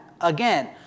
again